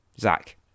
Zach